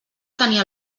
tenia